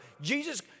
Jesus